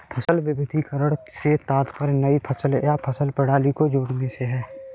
फसल विविधीकरण से तात्पर्य नई फसलों या फसल प्रणाली को जोड़ने से है